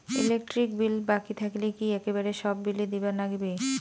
Electric bill বাকি থাকিলে কি একেবারে সব বিলে দিবার নাগিবে?